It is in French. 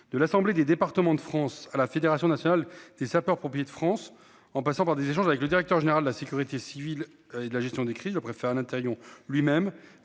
De l'Assemblée des départements de France à la Fédération nationale des sapeurs-pompiers de France en passant par des échanges avec le directeur général de la sécurité civile et de la gestion des crises. Le préfet Alain Taillon lui-même